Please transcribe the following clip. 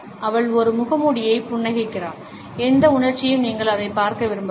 அவள் ஒரு முகமூடியைப் புன்னகைக்கிறாள் எந்த உணர்ச்சியையும் நீங்கள் அதைப் பார்க்க விரும்பவில்லை